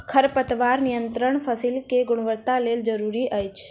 खरपतवार नियंत्रण फसील के गुणवत्ताक लेल जरूरी अछि